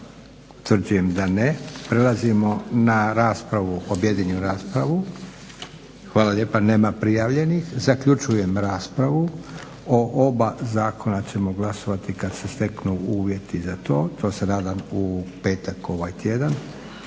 Hvala lijepa. Nema prijavljenih. Zaključujem raspravu. O oba zakona ćemo glasovati kad se steknu uvjeti, to se nadam u petak ovaj tjedan.